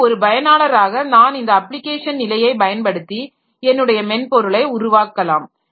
எனவே ஒரு பயனாளராக நான் இந்த அப்ளிகேஷன் நிலையைப் பயன்படுத்தி என்னுடைய மென்பொருளை உருவாக்கலாம்